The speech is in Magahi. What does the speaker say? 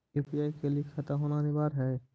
यु.पी.आई के लिए खाता होना अनिवार्य है?